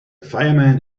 fireman